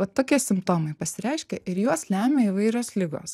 vat tokie simptomai pasireiškia ir juos lemia įvairios ligos